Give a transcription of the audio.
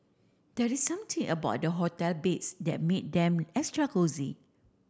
there is something about the hotel beds that make them extra cosy